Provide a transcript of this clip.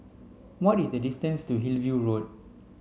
what is the distance to Hillview Road